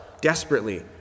desperately